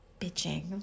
Bitching